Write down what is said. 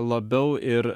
labiau ir